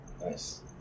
Nice